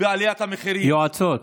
בעליית המחירים, יועצות.